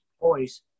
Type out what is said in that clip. voice